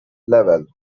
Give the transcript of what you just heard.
levelled